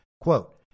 quote